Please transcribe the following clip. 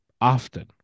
often